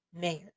mayor